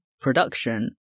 production